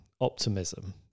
optimism